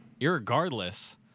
Irregardless